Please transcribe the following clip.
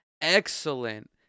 excellent